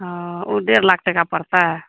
हँ ओ डेढ़ लाख टका पड़तै